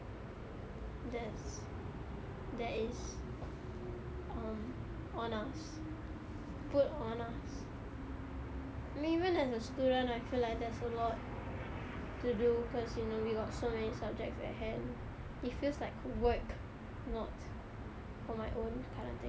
that's that is um on us put on us I mean even as a student I feel like there's a lot to do cause you know we got so many subjects at hand it feels like work not for my own kind of thing